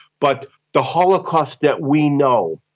but the holocaust that we know,